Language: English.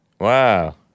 Wow